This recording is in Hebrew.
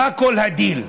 מה כל הדיל?